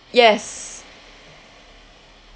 yes